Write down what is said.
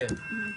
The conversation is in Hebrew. כן.